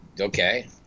okay